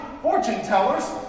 fortune-tellers